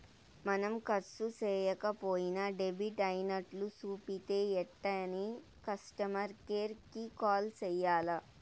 మనం కర్సు సేయక పోయినా డెబిట్ అయినట్లు సూపితే ఎంటనే కస్టమర్ కేర్ కి కాల్ సెయ్యాల్ల